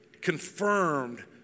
confirmed